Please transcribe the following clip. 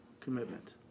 Commitment